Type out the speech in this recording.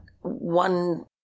one